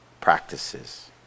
practices